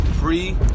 free